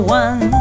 one